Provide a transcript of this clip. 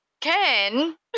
Ken